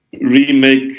remake